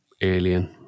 alien